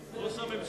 הוא ישראלי.